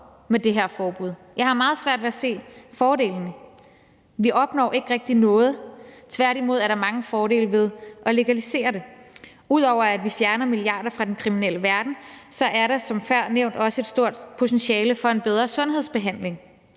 Jeg har meget svært ved at se fordelene. Vi opnår ikke rigtig noget. Tværtimod er der mange fordele ved at legalisere det. Ud over at vi fjerner milliarder fra den kriminelle verden, er der som før nævnt også et stort potentiale for en bedre sundhedsbehandling.